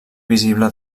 visible